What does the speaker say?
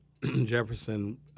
Jefferson